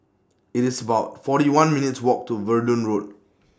IT IS about forty one minutes' Walk to Verdun Road